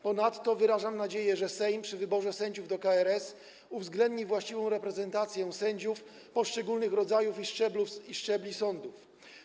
Ponadto wyrażam nadzieję, że Sejm przy wyborze sędziów do KRS uwzględni właściwą reprezentację sędziów poszczególnych rodzajów i szczebli sądów.